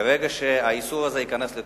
ברגע שהאיסור הזה ייכנס לתוקף,